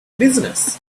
business